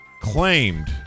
claimed